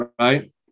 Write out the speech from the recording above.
right